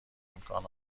امکان